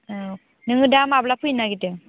औ नोङो दा माब्ला फैनो नागिरदों